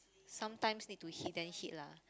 sometimes need to hit then hit lah